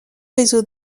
réseaux